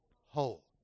Whole